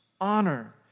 honor